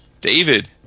David